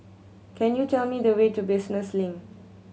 can you tell me the way to Business Link